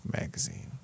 magazine